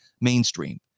mainstream